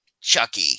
Chucky